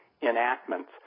Enactments